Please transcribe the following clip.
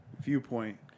viewpoint